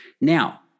now